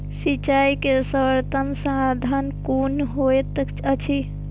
सिंचाई के सर्वोत्तम साधन कुन होएत अछि?